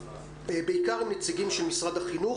בעיקר עם נציגים של משרד החינוך,